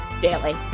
daily